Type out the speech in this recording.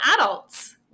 adults